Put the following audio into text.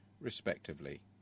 respectively